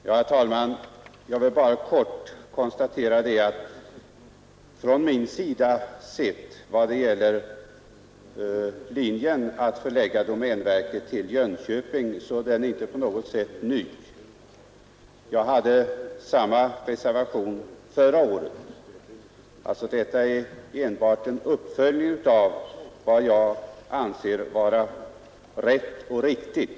Herr talman! Jag vill bara konstatera att min uppfattning att domänverket bör förläggas till Jönköping inte på något sätt är ny. Jag hade samma reservation förra året. Reservationen i år är alltså enbart en uppföljning av vad jag anser vara rätt och riktigt.